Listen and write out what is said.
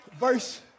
verse